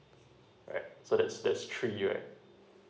alright so that's that's three right